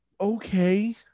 Okay